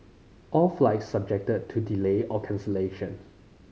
all flights subject to delay or cancellation